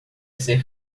ser